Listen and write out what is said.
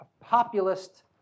populist